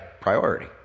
priority